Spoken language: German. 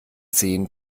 sehen